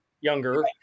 younger